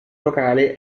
locale